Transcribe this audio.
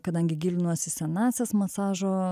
kadangi gilinuosi į senąsias masažo